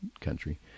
country